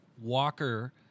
Walker